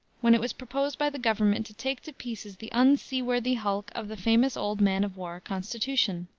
when it was proposed by the government to take to pieces the unseaworthy hulk of the famous old man-of-war, constitution.